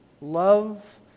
love